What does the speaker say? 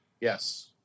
Yes